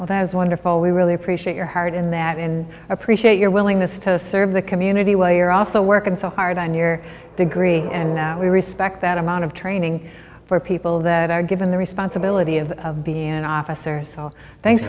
well that is wonderful we really appreciate your heart in that and appreciate your willingness to serve the community way are also working so hard on your degree and we respect that amount of training for people that are given the responsibility of being an officer so thanks